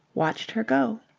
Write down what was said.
watched her go.